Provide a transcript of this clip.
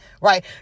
Right